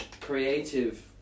creative